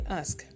ask